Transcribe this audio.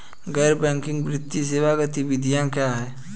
गैर बैंकिंग वित्तीय सेवा गतिविधियाँ क्या हैं?